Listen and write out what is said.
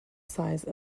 size